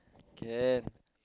can